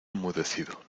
enmudecido